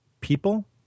people